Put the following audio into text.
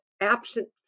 absent